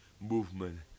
movement